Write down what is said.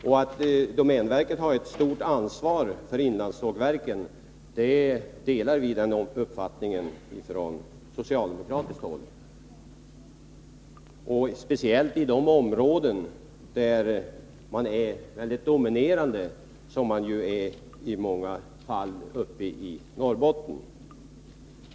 Och från socialdemokratiskt håll delar vi den uppfattningen att domänverket har ett stort ansvar för inlandssågverken, speciellt i de områden där domänverket är mycket dominerande, vilket många gånger är fallet uppe i Norrbotten.